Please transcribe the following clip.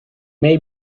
may